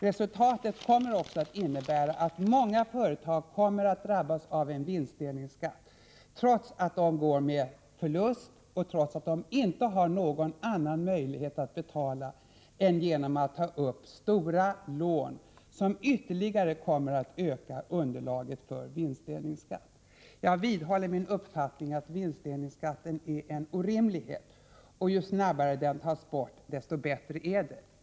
Resultatet kommer att innebära att många företag drabbas av vinstdelningsskatt, trots att de går med förlust och trots att de inte har någon annan möjlighet att betala än genom att ta upp stora lån, som ytterligare kommer att öka underlaget för vinstdelningsskatt. Jag vidhåller min uppfattning att vinstdelningsskatten är en orimlighet. Ju snabbare den tas bort, desto bättre är det.